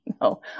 No